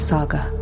Saga